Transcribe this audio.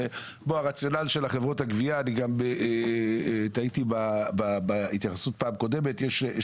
הרציונל של חברות הגבייה - אני טעיתי בהתייחסות בפעם הקודמת - יש